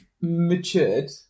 matured